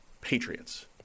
Patriots